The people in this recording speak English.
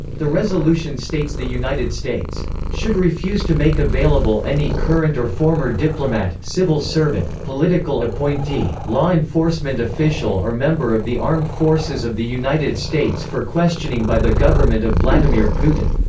the resolution states the united states should refuse to make available any current or former diplomat, civil servant, political appointee, law enforcement official or member of the armed forces of the united states for questioning by the government of vladimir putin.